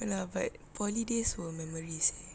ya lah but poly days were memories eh